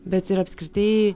bet ir apskritai